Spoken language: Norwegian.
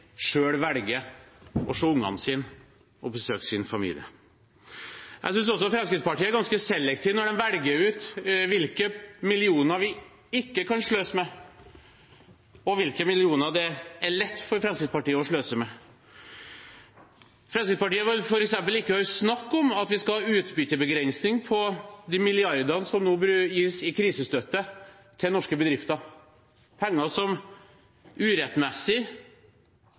velger å se ungene sine og besøke familien sin. Jeg synes også Fremskrittspartiet er ganske selektive når de velger ut hvilke millioner vi ikke kan sløse med, og hvilke millioner det er lett for dem å sløse med. Fremskrittspartiet vil f.eks. ikke høre snakk om at vi skal ha utbyttebegrensning på de milliardene som nå blir gitt i krisestøtte til norske bedrifter, penger som urettmessig